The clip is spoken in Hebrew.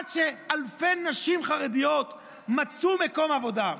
עד שאלפי נשים חרדיות מצאו מקום עבודה,